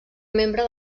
membre